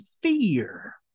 fear